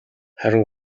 харин